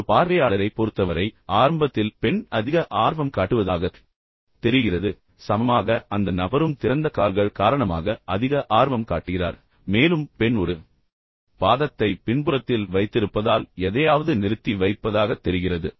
எனவே ஒரு பார்வையாளரைப் பொறுத்தவரை ஆரம்பத்தில் பெண் அதிக ஆர்வம் காட்டுவதாகத் தெரிகிறது ஆனால் சமமாக அந்த நபரும் திறந்த கால்கள் காரணமாக அதிக ஆர்வம் காட்டுகிறார் மேலும் பெண் ஒரு பாதத்தை பின்புறத்தில் வைத்திருப்பதால் எதையாவது நிறுத்தி வைப்பதாகத் தெரிகிறது